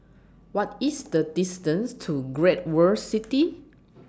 What IS The distance to Great World City